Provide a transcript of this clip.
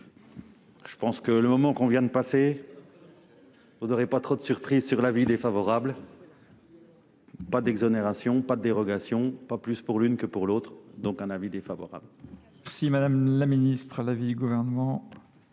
Je pense que le moment qu'on vient de passer, vous n'aurez pas trop de surprise sur l'avis défavorable. Pas d'exonération, pas de dérogation, pas plus pour l'une que pour l'autre, donc un avis défavorable.